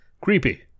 creepy